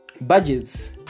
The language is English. budgets